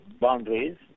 boundaries